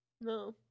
No